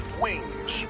wings